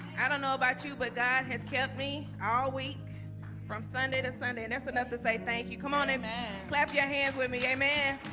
i don't know about you, but god has kept me all week from sunday to sunday and that's enough to say, thank you come on in clap your hands with me. amen